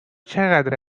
چقدر